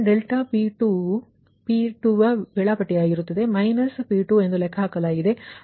ಈಗ ∆P2 ಯು P2 ವೇಳಾಪಟ್ಟಿಯಾಗಿರುತ್ತದೆ P2 ಲೆಕ್ಕಹಾಕಲಾಗಿದೆ